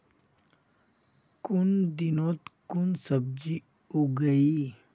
कुन दिनोत कुन सब्जी उगेई?